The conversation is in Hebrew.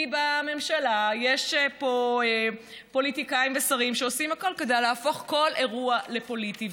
כי בממשלה יש פוליטיקאים ושרים שעושים הכול כדי להפוך כל אירוע לפוליטי.